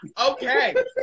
Okay